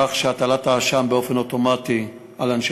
כך שהטלת האשם באופן אוטומטי באנשי